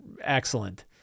excellent